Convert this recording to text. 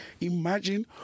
Imagine